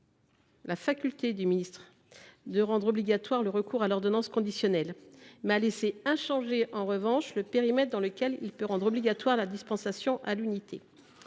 la faculté pour le ministre de rendre obligatoire le recours à l’ordonnance conditionnelle, mais à laisser inchangé, en revanche, le périmètre dans lequel ce dernier peut rendre obligatoire la dispensation à l’unité.